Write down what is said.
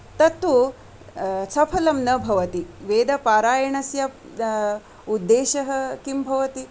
तत्तु सफलं न भवति वेदपारायणस्य उद्देशः किं भवति